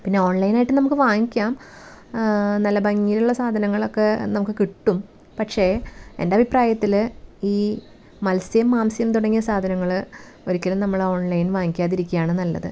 പിന്നെ ഓൺലൈനായിട്ട് നമുക്ക് വാങ്ങിക്കാം നല്ല ഭംഗിയുള്ള സാധനങ്ങളൊക്കെ നമുക്ക് കിട്ടും പക്ഷേ എന്റെ അഭിപ്രായത്തിൽ ഈ മൽസ്യം മാംസ്യം തുടങ്ങിയ സാധനങ്ങൾ ഒരിക്കലും നമ്മൾ ഓൺ ലൈൻ വാങ്ങിക്കാതിരിക്യാണ് നല്ലത്